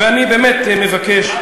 ואני באמת מבקש,